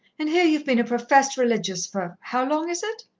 and here ye've been a professed religious for how long is it?